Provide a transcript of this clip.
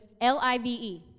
L-I-V-E